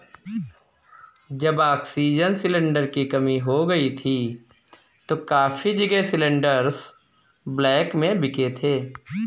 जब oxygen cylinder की कमी हो गई थी तो काफी जगह सिलेंडरस ब्लैक में बिके थे